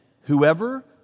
whoever